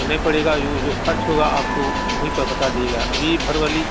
آنے پڑے گا جو جو خرچ ہوگا آپ کو وہیں پر بتا دیے گا ابھی بھرولی